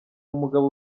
umugabo